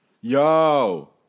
Yo